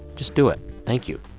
just do it. thank you.